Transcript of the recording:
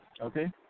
Okay